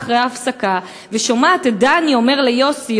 אחרי ההפסקה ושומעת את דני אומר ליוסי,